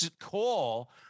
call